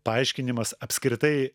paaiškinimas apskritai